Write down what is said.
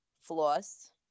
floss